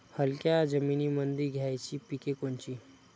हलक्या जमीनीमंदी घ्यायची पिके कोनची?